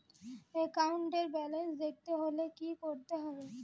একাউন্টের ব্যালান্স দেখতে হলে কি করতে হবে?